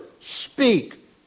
Speak